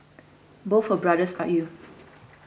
both her brothers are ill